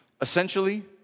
Essentially